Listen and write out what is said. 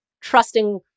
trusting